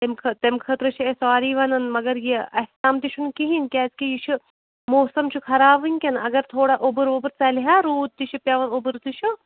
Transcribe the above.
تَمہِ تَمہِ خٲطرٕ چھِ أسۍ سارِی وَنان مگر یہِ اسہِ تام تہِ چھُنہٕ کِہیٖنٛۍ کیٛازکہِ یہِ چھُ موسم چھُ خَراب وُنکیٚن اگر تھوڑا اوٚبُر ووٚبُر ژَلہِ ہے روٗد تہِ چھُ پیٚوان اوٚبُر تہِ چھُ